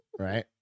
Right